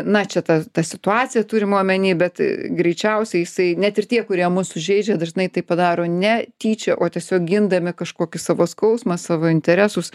na čia ta ta situacija turim omeny bet greičiausiai jisai net ir tie kurie mus sužeidžia dažnai tai padaro ne tyčia o tiesiog gindami kažkokį savo skausmą savo interesus